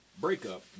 Breakup